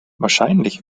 wahrscheinlich